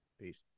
Peace